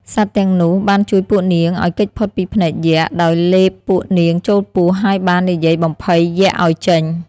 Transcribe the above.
សត្វទាំងនោះបានជួយពួកនាងឲ្យគេចផុតពីភ្នែកយក្ខដោយលេបពួកនាងចូលពោះ ហើយបាននិយាយបំភ័យយក្ខឲ្យចេញ។